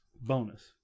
bonus